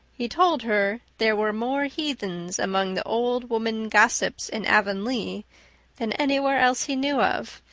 he told her there were more heathens among the old woman gossips in avonlea than anywhere else he knew of,